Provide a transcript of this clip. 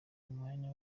umwanya